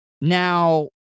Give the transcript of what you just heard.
Now